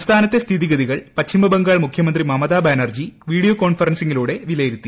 സംസ്ഥാനത്തെ സ്ഥിതിഗതികൾ പശ്ചിമബംഗാൾ മുഖ്യമന്ത്രി മമതാ ബാനർജി വീഡിയോ കോൺഫറൻസിങ്ങിലൂടെ വിലയിരുത്തി